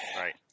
Right